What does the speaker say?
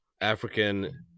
African